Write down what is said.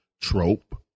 trope